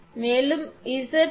மேலும் 𝑍 1 1𝑗𝜔𝐶